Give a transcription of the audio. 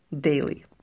daily